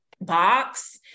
box